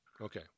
Okay